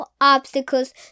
obstacles